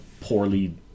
poorly